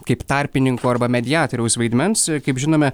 kaip tarpininko arba mediatoriaus vaidmens kaip žinome